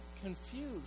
Confused